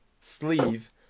sleeve